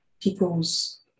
people's